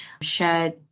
shared